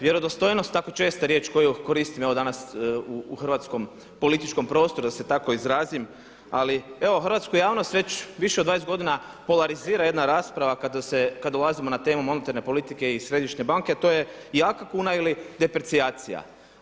Vjerodostojnost je tako česta riječ koju koristim evo danas u hrvatskom političkom prostoru da se tako izrazim ali evo hrvatsku javnost već više od 20 godina polarizira jedna rasprava kada dolazimo na temu monetarne politike i središnje banke a to je jaka kuna ili deprecijacija.